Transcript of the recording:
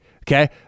Okay